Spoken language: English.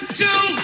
two